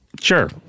Sure